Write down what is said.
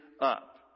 up